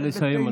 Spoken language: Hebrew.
נא לסיים,